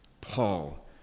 Paul